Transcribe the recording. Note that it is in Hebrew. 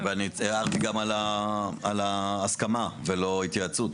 ואני תיארתי גם על הסכמה, ולא התייעצות.